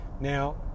Now